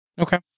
Okay